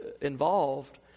involved